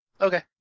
Okay